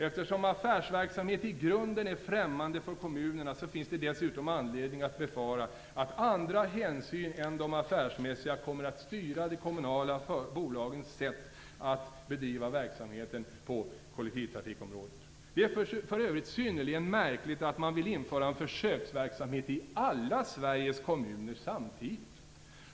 Eftersom affärsverksamhet i grunden är främmande för kommunerna finns det dessutom anledning att befara att andra hänsyn än de affärsmässiga kommer att styra de kommunala bolagens sätt att bedriva verksamheten på kollektivtrafikområdet. Det är för övrigt synnerligen märkligt att man vill genomföra en försöksverksamhet i alla Sveriges kommuner samtidigt.